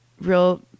real